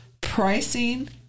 pricing